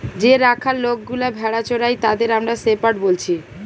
যে রাখাল লোকগুলা ভেড়া চোরাই তাদের আমরা শেপার্ড বলছি